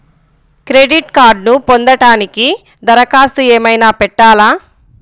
Credit కార్డ్ను పొందటానికి దరఖాస్తు ఏమయినా పెట్టాలా?